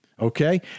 okay